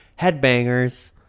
Headbangers